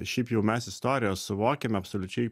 šiaip jau mes istoriją suvokiame absoliučiai